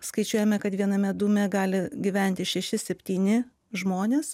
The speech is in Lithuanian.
skaičiuojame kad viename dūme gali gyventi šeši septyni žmonės